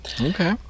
Okay